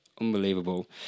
unbelievable